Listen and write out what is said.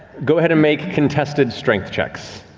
go ahead and make contested strength checks.